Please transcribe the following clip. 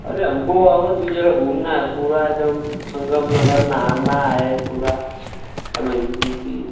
अरे हमको और भी जगह घूमना है पूरा एकदम संगम नगर नहाना है पूरा समझ लीजिए कि